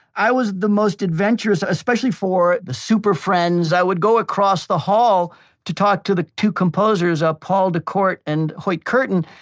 i was the most adventurous, especially for super friends, i would go across the hall to talk to the two composers, ah paul decort and hoyt curtin,